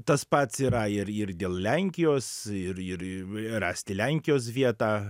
tas pats yra ir ir dėl lenkijos ir ir rasti lenkijos vietą